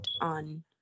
on